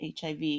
HIV